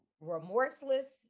remorseless